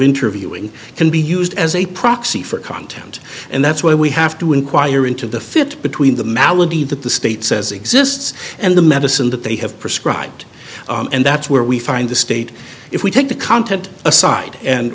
interviewing can be used as a proxy for content and that's why we have to inquire into the fit between the malady that the state says exists and the medicine that they have prescribed and that's where we find the state if we take the content aside and